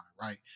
right